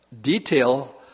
detail